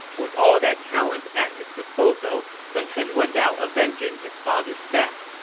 with all that talent at his disposal, sun quan went out avenging his father's death.